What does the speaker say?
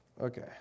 Okay